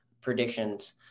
predictions